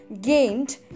gained